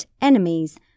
enemies